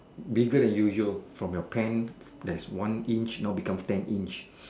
bigger from your usual from your pen that is one inch now become ten inch